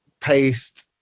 paste